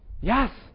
Yes